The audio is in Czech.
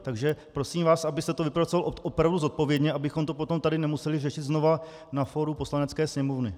Takže prosím vás, abyste to vypracoval opravdu zodpovědně, abychom to potom tady nemuseli řešit znova na fóru Poslanecké sněmovny.